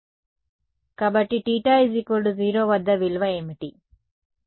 కాబట్టి θ 0 వద్ద విలువ ఏమిటి